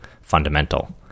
fundamental